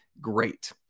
great